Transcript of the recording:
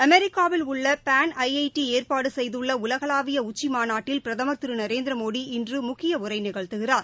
அமெரிக்காவில் உள்ளபேன் I I T ஏற்பாடுசெய்துள்ளஉலகளாவியஉச்சிமாநாட்டில் பிரதமா் திருநரேந்திரமோடி இன்றுமுக்கியஉரைநிகழ்த்துகிறார்